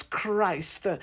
Christ